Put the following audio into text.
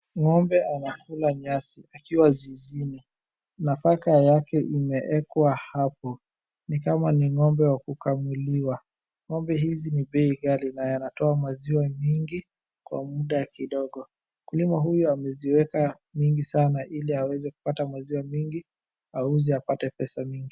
Ng'ombe anakula nyasi akiwa zizini. Nafaka yake imewekwa hapo, ni kama ni ng'ombe wa kukamuliwa. Ng'ombe hizi ni bei ghali na yanatoa maziwa mingi kwa muda kidogo. Mkulima huyu ameziweka mingi sana ili aweze kupata maziwa mingi, auze apate pesa mingi.